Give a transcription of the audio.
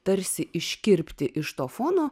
tarsi iškirpti iš to fono